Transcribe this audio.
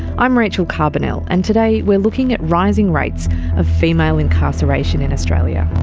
i'm rachel carbonell, and today we're looking at rising rates of female incarceration in australia.